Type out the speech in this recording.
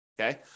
Okay